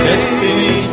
Destiny